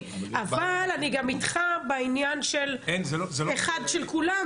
אבל אני גם איתך בעניין של אחד של כולם,